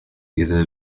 إذا